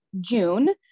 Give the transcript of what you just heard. june